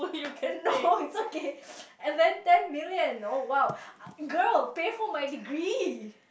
then no it's okay and then ten million oh !wow! girl pay for my degree